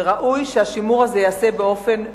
וראוי שהשימור הזה ייעשה באופן מסודר,